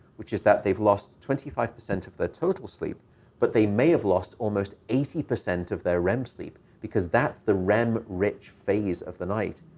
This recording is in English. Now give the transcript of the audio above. which is that they've lost twenty five percent of their total sleep but they may have lost almost eighty percent of their rem sleep because that's the rem rich phase of the night.